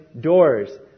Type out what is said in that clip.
doors